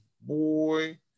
boy